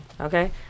Okay